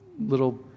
little